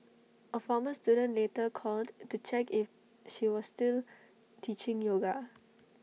A former student later called to check if she was still teaching yoga